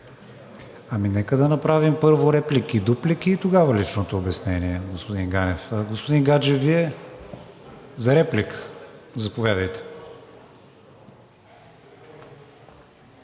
Нека да направим първо реплики и дуплики и тогава личното обяснение, господин Ганев. Господин Гаджев, Вие? За реплика – заповядайте.